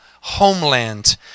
homeland